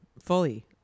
fully